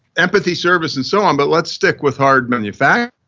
empathy, service and so on, but let's stick with hard manufacturing.